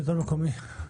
שלטון מקומי.